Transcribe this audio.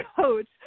coach